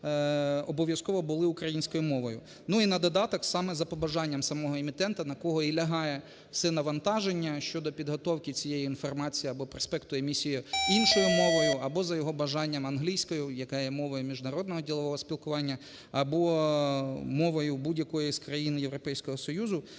обов'язково були українською мовою. Ну і на додаток, саме за побажанням самого емітента, на кого і лягає все навантаження щодо підготовки цієї інформації або проспекту емісії іншою мовою, або за його бажанням англійською, яка є мовою міжнародного ділового спілкування, або мовою будь-якої з країн Європейського Союзу.